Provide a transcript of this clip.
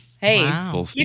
Hey